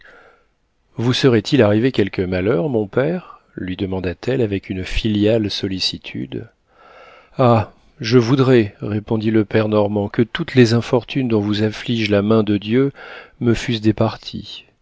vous serait-il arrivé quelque malheur mon père lui demanda-t-elle avec une filiale sollicitude ah je voudrais répondit le prêtre normand que toutes les infortunes dont vous afflige la main de dieu me fussent départies